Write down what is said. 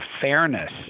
fairness